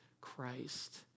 Christ